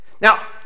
Now